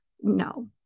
No